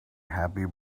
happy